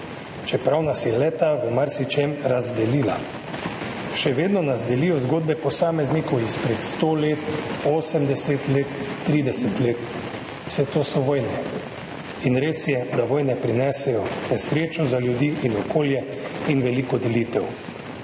čeprav nas je le-ta v marsičem razdelila. Še vedno nas delijo zgodbe posameznikov izpred 100 let, 80 let, 30 let. Vse to so vojne. In res je, da vojne prinesejo nesrečo za ljudi in okolje in veliko delitev.